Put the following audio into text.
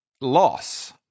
loss